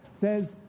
says